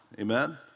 Amen